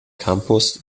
campus